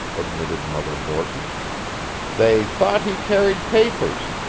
admitted mother borton they thought he carried papers,